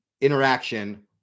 interaction